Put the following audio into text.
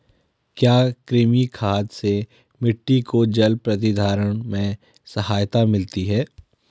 क्या कृमि खाद से मिट्टी को जल प्रतिधारण में सहायता मिलती है?